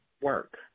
work